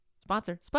Sponsor